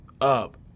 up